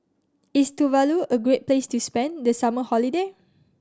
is Tuvalu a great place to spend the summer holiday